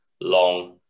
Long